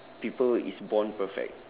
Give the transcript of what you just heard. people is born perfect